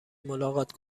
ملاقات